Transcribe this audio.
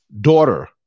daughter